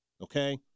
Okay